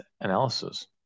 analysis